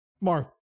Mark